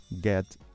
get